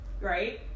right